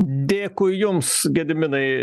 dėkui jums gediminai